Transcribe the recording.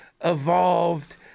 evolved